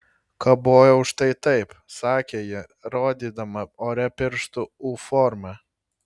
kabojau štai taip sakė ji rodydama ore pirštu u formą